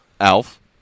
Alf